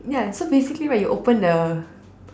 ya so basically right you open the